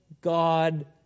God